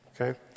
okay